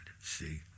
See